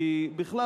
כי בכלל,